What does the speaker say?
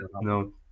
No